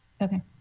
Okay